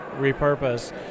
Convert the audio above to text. repurpose